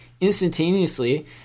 instantaneously